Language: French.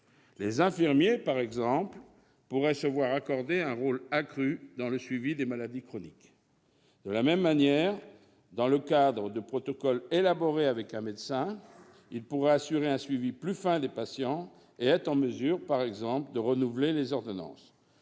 Les infirmiers, par exemple, pourraient se voir accorder un rôle accru dans le suivi des maladies chroniques. De la même manière, dans le cadre de protocoles élaborés avec un médecin, ils pourraient assurer un suivi plus fin des patients et être en mesure, par exemple, de renouveler les ordonnances.